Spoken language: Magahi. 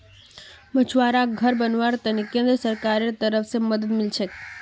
मछुवाराक घर बनव्वार त न केंद्र सरकारेर तरफ स मदद मिल छेक